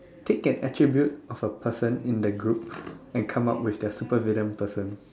take an attribute of a person in the group and come up with their supervillain person